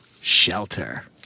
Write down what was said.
Shelter